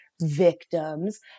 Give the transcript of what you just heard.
victims